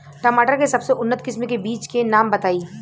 टमाटर के सबसे उन्नत किस्म के बिज के नाम बताई?